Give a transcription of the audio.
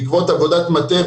בעקבות עבודת מטה,